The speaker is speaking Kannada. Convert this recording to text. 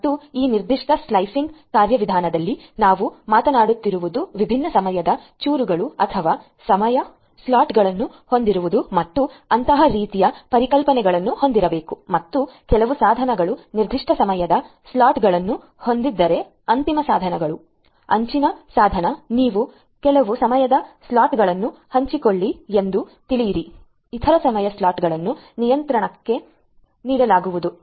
ಮತ್ತು ಈ ನಿರ್ದಿಷ್ಟ ಸ್ಲೈಸಿಂಗ್ ಕಾರ್ಯವಿಧಾನದಲ್ಲಿ ನಾವು ಮಾತನಾಡುತ್ತಿರುವುದು ವಿಭಿನ್ನ ಸಮಯದ ಚೂರುಗಳು ಅಥವಾ ಸಮಯ ಸ್ಲಾಟ್ಗಳನ್ನು ಹೊಂದಿರುವುದು ಮತ್ತು ಅಂತಹ ರೀತಿಯ ಪರಿಕಲ್ಪನೆಗಳನ್ನು ಹೊಂದಿರಬೇಕು ಮತ್ತು ಕೆಲವು ಸಾಧನಗಳು ನಿರ್ದಿಷ್ಟ ಸಮಯದ ಸ್ಲಾಟ್ಗಳನ್ನು ಹೊಂದಿದ್ದರೆ ಅಂತಿಮ ಸಾಧನಗಳು ಅಂಚಿನ ಸಾಧನ ನೀವು ಕೆಲವು ಸಮಯದ ಸ್ಲಾಟ್ಗಳನ್ನು ಹಂಚಿಕೊಳ್ಳಿ ಎಂದು ತಿಳಿಯಿರಿ ಇತರ ಸಮಯ ಸ್ಲಾಟ್ಗಳನ್ನು ನಿಯಂತ್ರಕಕ್ಕೆ ನೀಡಲಾಗುವುದು